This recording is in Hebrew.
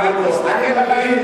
תסתכל בראי.